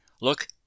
look